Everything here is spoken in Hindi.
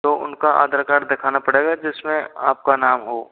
तो उनका आधार कार्ड दिखाना पड़ेगा जिसमें आपका नाम हो